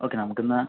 okay നമുക്ക് എന്നാൽ